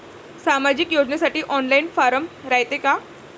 सामाजिक योजनेसाठी online form रायते का?